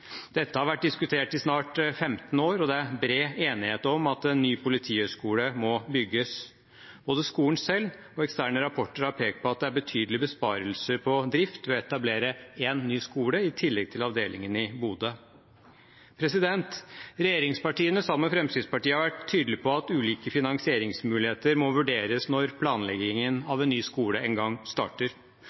Dette har vært diskutert i snart 15 år, og det er bred enighet om at en ny politihøgskole må bygges. Både skolen selv og eksterne rapporter har pekt på at det er betydelige besparelser på drift ved å etablere en ny skole i tillegg til avdelingen i Bodø. Regjeringspartiene sammen med Fremskrittspartiet har vært tydelige på at ulike finansieringsmuligheter må vurderes når planleggingen av en ny skole en gang starter.